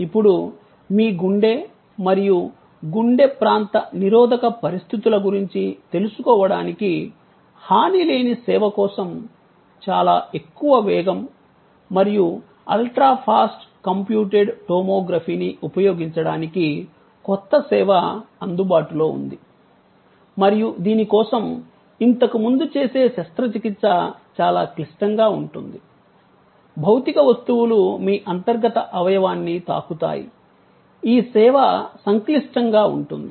ఇప్పుడు మీ గుండె మరియు గుండె ప్రాంత నిరోధక పరిస్థితుల గురించి తెలుసుకోవడానికి హానిలేని సేవ కోసం చాలా ఎక్కువ వేగం మరియు అల్ట్రా ఫాస్ట్ కంప్యూటెడ్ టోమోగ్రఫీని ఉపయోగించడానికి కొత్త సేవ అందుబాటులో ఉంది మరియు దీని కోసం ఇంతకుముందు చేసే శస్త్రచికిత్స చాలా క్లిష్టంగా ఉంటుంది భౌతిక వస్తువులు మీ అంతర్గత అవయవాన్ని తాకుతాయి ఈ సేవ సంక్లిష్టంగా ఉంటుంది